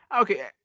Okay